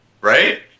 Right